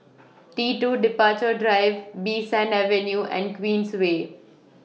T two Departure Drive Bee San Avenue and Queensway